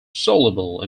soluble